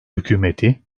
hükümeti